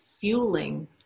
fueling